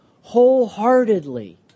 wholeheartedly